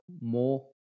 more